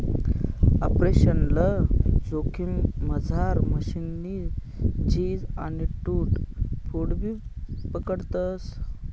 operational जोखिममझार मशीननी झीज आणि टूट फूटबी पकडतस